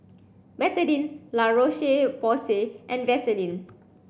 Betadine La Roche Porsay and Vaselin